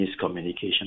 miscommunication